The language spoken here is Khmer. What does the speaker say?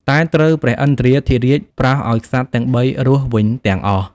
តែត្រូវព្រះឥន្ទ្រាធិរាជប្រោសឱ្យក្សត្រទាំងបីរស់វិញទាំងអស់។